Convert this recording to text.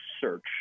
search